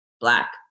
Black